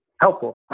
helpful